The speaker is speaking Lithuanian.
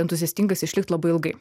entuziastingas išlikt labai ilgai